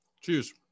Cheers